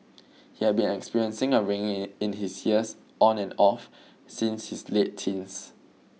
he had been experiencing a ringing in his ears on and off since his late teens